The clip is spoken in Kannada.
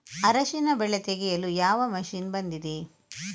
ಅರಿಶಿನ ಬೆಳೆ ತೆಗೆಯಲು ಯಾವ ಮಷೀನ್ ಬಂದಿದೆ?